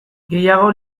gehiago